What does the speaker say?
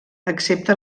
excepte